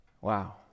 Wow